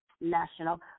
National